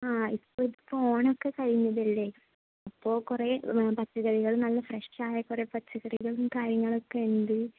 ആ ഇപ്പോൾ ഇപ്പോൾ ഓണമൊക്കെ കഴിഞ്ഞതല്ലേ അപ്പോൾ കുറേ പച്ചക്കറികൾ നല്ല ഫ്രഷായ കുറേ പച്ചകറികളും കാര്യങ്ങളൊക്കെ ഉണ്ട്